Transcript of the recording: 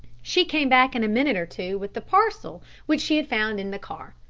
she came back in a minute or two with the parcel which she had found in the car.